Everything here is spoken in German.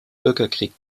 bürgerkrieg